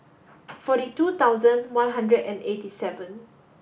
forty two thousand one hundred and eighty seven